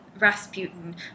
Rasputin